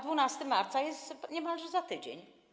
12 marca jest niemalże za tydzień.